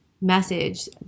message